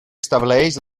estableix